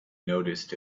noticed